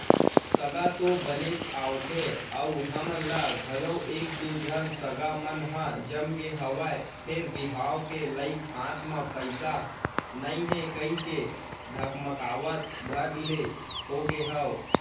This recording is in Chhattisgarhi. सगा तो बनेच आवथे अउ हमन ल घलौ एक दू झन सगा मन ह जमगे हवय फेर बिहाव के लइक हाथ म पइसा नइ हे कहिके धकमकावत भर ले होगे हंव